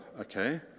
Okay